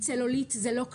צלוליט זו לא קללה.